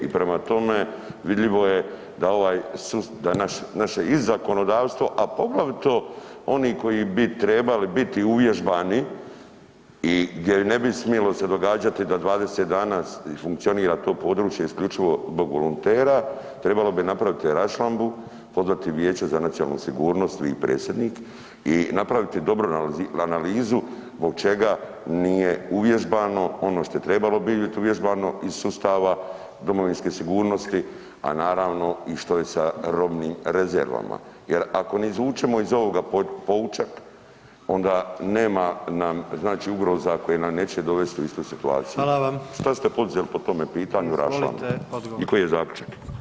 I prema tome, vidljivo je da naše i zakonodavstvo, a poglavito oni koji bi trebali biti uvježbani i gdje se ne bi smjelo događati da 20 dana funkcionira to područje zbog volontera, trebalo bi napraviti raščlambu, pozvati Vijeće za nacionalnu sigurnost vi i predsjednik i napraviti dobru analizu zbog čega nije uvježbano ono što je trebalo biti uvježbano iz sustava domovinske sigurnosti, a naravno i šta je sa robnim rezervama jer ako ne izvučemo iz ovoga poučak onda nema nam znači ugroza koje nas neće dovesti u istu situaciju [[Upadica predsjednik: Hvala vam.]] što ste poduzeli po tom pitanju i … /Govornici govore u isto vrijeme./ … i koji je zaključak.